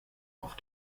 auf